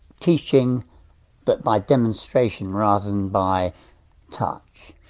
teaching but by demonstration rather than by touch.